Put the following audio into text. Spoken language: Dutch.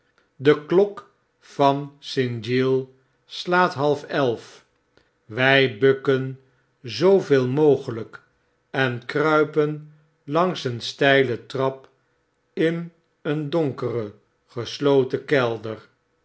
de klok van st giles slaat halfelf wy bukken zooveel mogelijk en kruipen langs een steile trap in een donkeren gesloten kelder